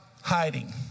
Hiding